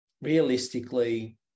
realistically